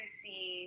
see